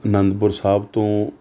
ਅਨੰਦਪੁਰ ਸਾਹਿਬ ਤੋਂ